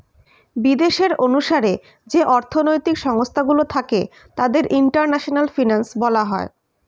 বিদেশের অনুসারে যে অর্থনৈতিক সংস্থা গুলো থাকে তাদের ইন্টারন্যাশনাল ফিনান্স বলা হয়